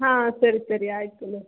ಹಾಂ ಸರಿ ಸರಿ ಆಯಿತು ಮ್ಯಾಮ್